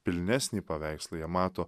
pilnesnį paveikslą jie mato